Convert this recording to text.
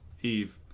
Eve